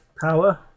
power